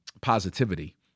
positivity